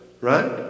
right